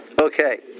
Okay